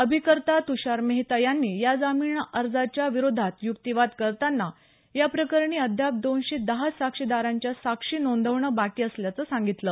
अभिकर्ता तूषार मेहता यांनी या जामीनअर्जाच्या विरोधात युक्तिवाद करताना या प्रकरणी अद्याप दोनशे दहा साक्षीदारांच्या साक्षी नोंदवणं बाकी असल्याचं सांगितलं